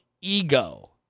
ego